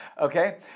Okay